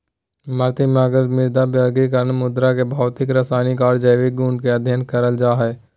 मृदानिर्माण, मृदा वर्गीकरण, मृदा के भौतिक, रसायनिक आर जैविक गुण के अध्ययन करल जा हई